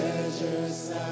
treasures